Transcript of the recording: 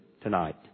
tonight